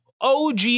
OG